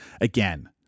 again